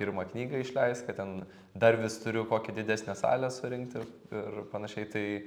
tą pirmą knygą išleist kad ten dar vis turiu kokį didesnę salę surinkti ir panašiai tai